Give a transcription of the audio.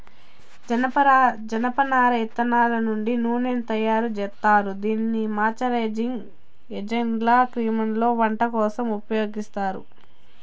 జనపనార ఇత్తనాల నుండి నూనెను తయారు జేత్తారు, దీనిని మాయిశ్చరైజింగ్ ఏజెంట్గా క్రీమ్లలో, వంట కోసం ఉపయోగిత్తారు